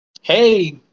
Hey